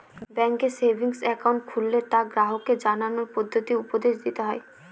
ব্যাঙ্কে savings account খুললে তা গ্রাহককে জানানোর পদ্ধতি উপদেশ দিতে হয়